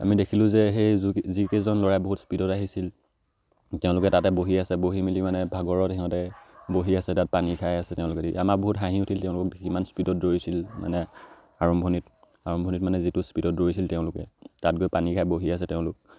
আমি দেখিলোঁ যে সেই যিকেইজন ল'ৰাই বহুত স্পীডত আহিছিল তেওঁলোকে তাতে বহি আছে বহি মেলি মানে ভাগৰত সিহঁতে বহি আছে তাত পানী খাই আছে তেওঁলোকে আমাৰ বহুত হাঁহি উঠিল তেওঁলোক স্পীডত দৌৰিছিল মানে আৰম্ভণিত আৰম্ভণিত মানে যিটো স্পীডত দৌৰিছিল তেওঁলোকে তাত গৈ পানী খাই বহি আছে তেওঁলোক